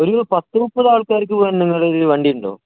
ഒരു പത്തു മുപ്പതാൾക്കാർക്ക് പോകാൻ നിങ്ങളുടെ കയ്യിൽ വണ്ടി ഉണ്ടോ